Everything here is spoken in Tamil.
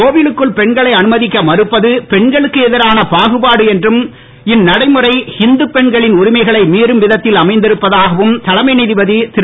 கோவிலுக்குள் பெண்களை அனுமதிக்க மறுப்பது பெண்களுக்கு எதிரான பாகுபாடு என்றும் இந்நடைமுறை ஹிந்து பெண்களின் உரிமைகளை மீறும் விதத்தில் அமைந்திருப்பதாகவும் தலைமை நீதிபதி திரு